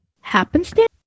happenstance